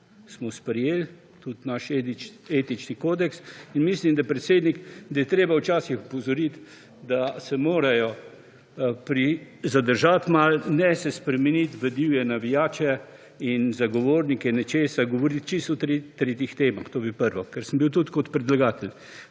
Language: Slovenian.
smo sprejeli naš etični kodeks. In mislim, da, predsednik, da je treba včasih opozoriti, da se morajo zadržati malo, ne se spremeniti v divje navijače in zagovornike nečesa, govoriti čisto o tretjih temah. To bi prvo. Ker sem bil tudi kot predlagatelj.